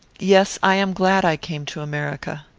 yes, i am glad i came to america.